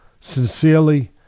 sincerely